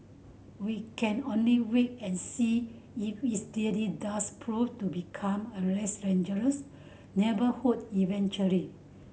we can only wait and see if its really does prove to become a less dangerous neighbourhood eventually